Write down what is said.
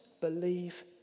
believe